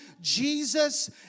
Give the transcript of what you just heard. Jesus